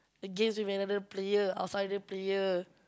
against with another player outsider player